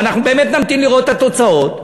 ואנחנו באמת נמתין לראות את התוצאות,